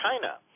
China